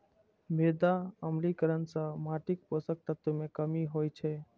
मृदा अम्लीकरण सं माटिक पोषक तत्व मे कमी होइ छै